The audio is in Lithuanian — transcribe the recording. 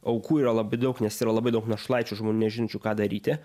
aukų yra labai daug nes yra labai daug našlaičių žmonių nežinančių ką daryti